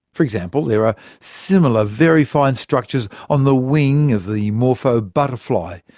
for example, there are similar very fine structures on the wing of the morpho butterfly,